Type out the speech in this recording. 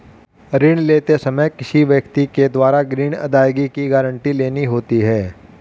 ऋण लेते समय किसी व्यक्ति के द्वारा ग्रीन अदायगी की गारंटी लेनी होती है